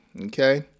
okay